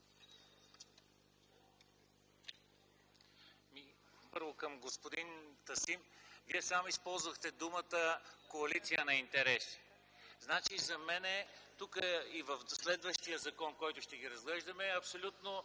Първо към господин Тасим – Вие сам използвахте думите „коалиция на интереси”. За мен тук и в следващия закон, който ще разглеждаме, абсолютно